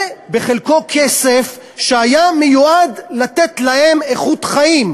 זה בחלקו כסף שהיה מיועד לתת להם איכות חיים.